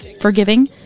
forgiving